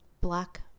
Black